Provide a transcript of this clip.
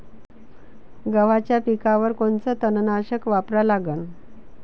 गव्हाच्या पिकावर कोनचं तननाशक वापरा लागन?